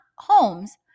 homes